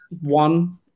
one